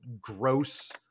gross